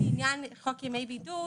לעניין "חוק ימי בידוד"